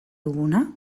duguna